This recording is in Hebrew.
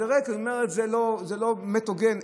היא אמרה שזה לא באמת הוגן,